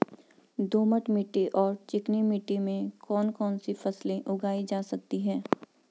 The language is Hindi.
दोमट मिट्टी और चिकनी मिट्टी में कौन कौन सी फसलें उगाई जा सकती हैं?